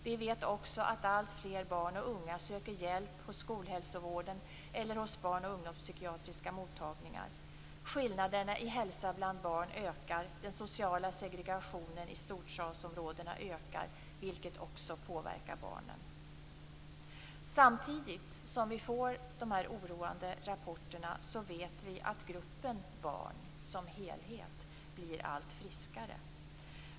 · Vi vet också att alltfler barn och unga söker hjälp hos skolhälsovården eller hos barn och ungdomspsykiatriska mottagningar. · Skillnaderna i hälsa bland barn ökar. Den sociala segregationen i storstadsområdena ökar, vilket också påverkar barnen. Samtidigt som vi får dessa oroande rapporter vet vi att gruppen barn som helhet blir allt friskare.